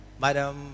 Madam